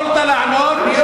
יכולת לענות בשלוש מלים.